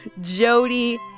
Jody